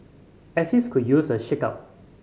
axis could use a shake up